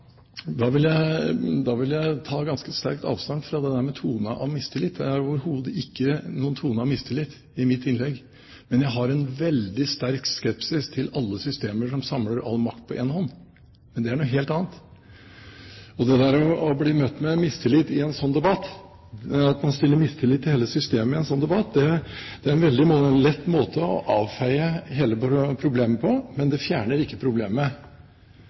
overhodet ikke noen tone av mistillit i mitt innlegg, men jeg har en veldig sterk skepsis til alle systemer som samler all makt på én hånd. Det er noe helt annet. Det å bli møtt med at man har mistillit til hele systemet i en sånn debatt, er en veldig lett måte å avfeie hele problemet på, men det fjerner ikke problemet.